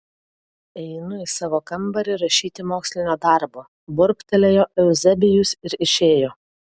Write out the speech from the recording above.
einu į savo kambarį rašyti mokslinio darbo burbtelėjo euzebijus ir išėjo